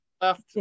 left